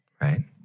right